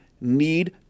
need